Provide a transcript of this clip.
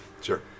Sure